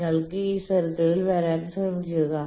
നിങ്ങൾ ഈ സർക്കിളിൽ വരാൻ ശ്രമിക്കുക